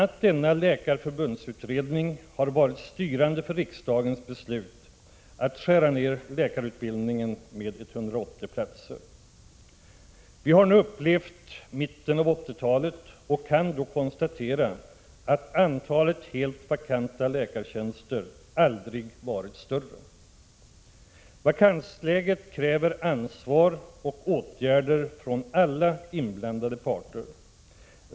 a. denna läkarförbundsutredning har varit styrande för riksdagens beslut att skära ned läkarutbildningen med 180 platser. Vi har nu upplevt mitten av 1980-talet och kan konstatera att antalet helt vakanta läkartjänster aldrig varit större. Vakansläget kräver ansvar och åtgärder från alla inblandade parter.